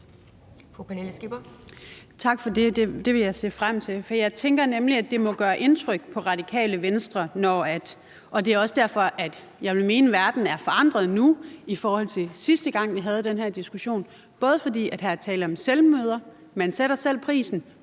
Tak for det. Det vil jeg se frem til, for jeg tænker nemlig, at det må gøre indtryk på Radikale Venstre. Jeg vil mene, at verden er forandret nu i forhold til sidste gang, vi havde den her diskussion, både fordi her er tale om selvmøder; man sætter selv prisen;